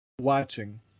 watching